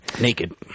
Naked